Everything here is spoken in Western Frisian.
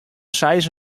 seis